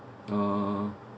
uh